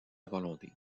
volonté